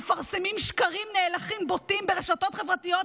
מפרסמים שקרים נאלחים בוטים ברשתות חברתיות,